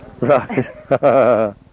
Right